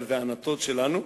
אבל זה ענתות שלנו,